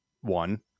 one